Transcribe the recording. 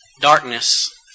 darkness